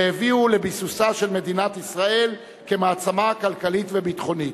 והביאו לביסוסה של מדינת ישראל כמעצמה כלכלית וביטחונית.